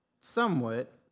Somewhat